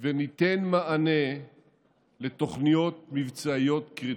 וניתן מענה לתוכניות מבצעיות קריטיות.